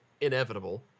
inevitable